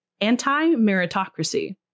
anti-meritocracy